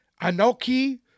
Anoki